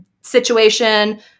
situation